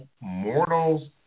mortals